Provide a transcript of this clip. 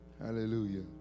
Hallelujah